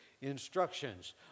instructions